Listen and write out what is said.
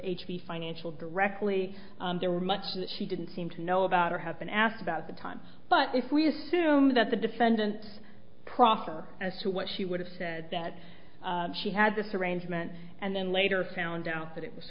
h b financial directly there were much she didn't seem to know about or have been asked about the time but if we assume that the defendants proffer as to what she would have said that she had this arrangement and then later found out that it was